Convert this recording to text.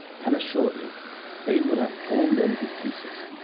and assuredly they would have torn them to pieces,